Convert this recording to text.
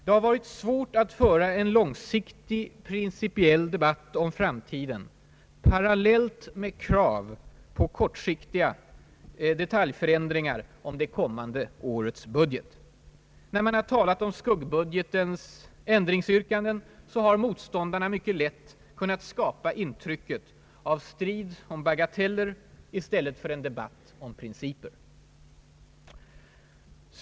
Det har varit svårt att föra en långsiktig principiell debatt om framtiden parallellt med krav på kortsiktiga detaljförändringar i det kommande årets budget. När man har talat om skuggbudgetens ändringsyrkanden har motståndarna lätt kunnat skapa intrycket av strid om bagateller i stället för en debatt om principer.